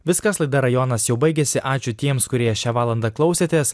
viskas laida rajonas jau baigėsi ačiū tiems kurie šią valandą klausėtės